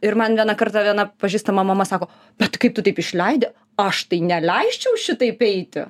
ir man vieną kartą viena pažįstama mama sako bet tai kaip tu taip išleidi aš tai neleisčiau šitaip eiti